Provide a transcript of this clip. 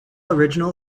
original